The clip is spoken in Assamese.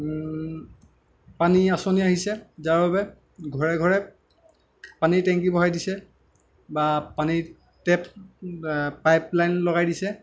পানী আঁচনি আহিছে যাৰ বাবে ঘৰে ঘৰে পানীৰ টেংকি বহাই দিছে বা পানীৰ টেপ পাইপলাইন লগাই দিছে